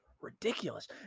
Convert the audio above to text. ridiculous